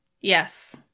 Yes